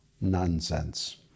nonsense